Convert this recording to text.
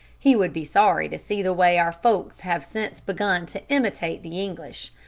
he would be sorry to see the way our folks have since begun to imitate the english.